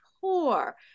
poor